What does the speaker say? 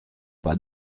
pas